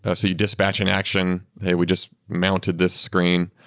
ah so you dispatch in action. hey, we just mounted this screen.